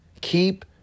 keep